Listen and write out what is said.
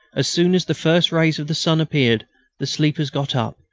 as soon as the first rays of the sun appeared the sleepers got up,